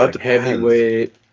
heavyweight